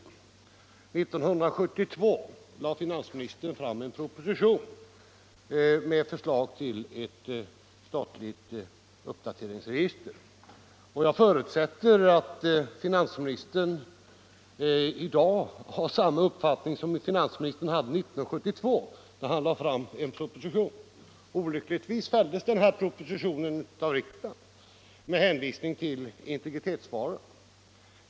År 1972 lade finansministern fram en proposition med förslag till ett statligt uppdateringsregister. Jag förutsätter att finansministern i dag har samma uppfattning som han hade 1972, när han lade fram denna proposition. Olyckligtvis fälldes propositionen av riksdagen med hänvisning till integritetsskyddet.